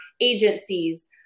agencies